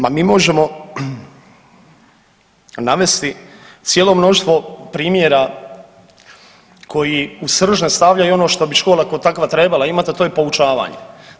Ma mi možemo navesti cijelo mnoštvo primjera koji u srž ne stavljaju ono što bi škola kao takva trebala imati, a to je poučavanje.